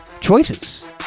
choices